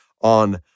on